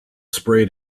sprayed